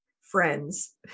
friends